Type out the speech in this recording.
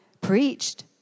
preached